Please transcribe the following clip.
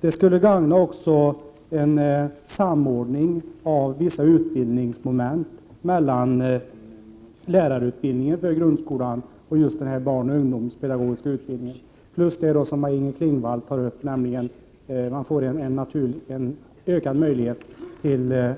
Det skulle också gagna en samordning av vissa utbildningsmoment mellan lärarutbildningen för grundskolan och den barnoch ungdomspedagogiska utbildningen. Dessutom skulle, vilket Maj-Inger Klingvall tog upp, en ökad möjlighet